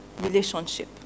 relationship